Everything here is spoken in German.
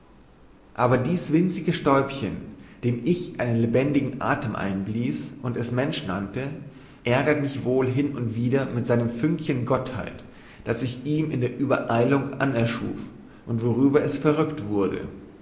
aber dies winzige stäubchen dem ich einen lebendigen athem einbließ und es mensch nannte ärgert mich wohl hin und wieder mit seinem fünkchen gottheit das ich ihm in der uebereilung anerschuf und worüber es verrükt wurde